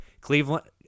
Cleveland